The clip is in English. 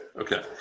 Okay